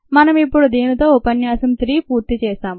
మనము ఇప్పుడు దీనితో ఉపన్యాసం 3 పూర్తి చేశాము